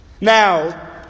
Now